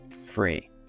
free